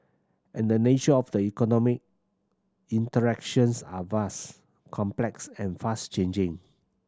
and the nature of the economy interactions are vast complex and fast changing